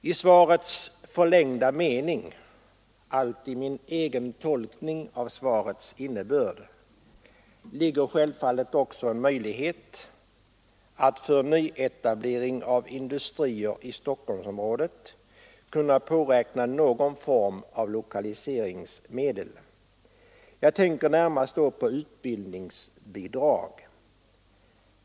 I svarets förlängda mening — allt i min egen tolkning av svarets innebörd — ligger också en möjlighet att för nyetablering av industrier i Stockholmsområdet kunna påräkna någon form av lokaliseringsmedel. Jag tänker då närmast på utbildningsbidrag.